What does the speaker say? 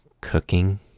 cooking